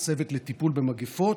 הצוות לטיפול במגפות,